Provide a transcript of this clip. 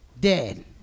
dead